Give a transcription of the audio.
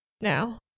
now